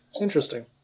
interesting